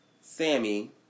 Sammy